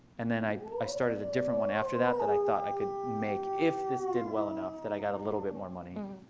and then i i started a different one after that that i thought i could make if this did well enough that i got a little bit more money.